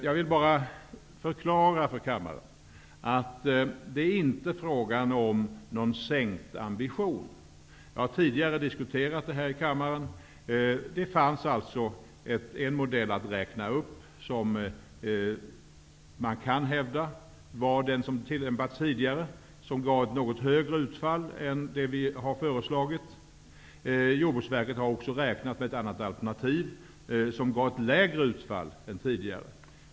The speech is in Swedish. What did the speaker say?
Jag vill bara förklara för kammaren att det inte är fråga om någon sänkt ambition. Jag har tidigare diskuterat detta här i kammaren. Det fanns alltså en modell för uppräkning som man kan hävda var den som tillämpats tidigare. Den gav ett något högre utfall än det vi har föreslagit. Jordbruksverket har också räknat på ett annat alternativ som gav ett lägre utfall än tidigare.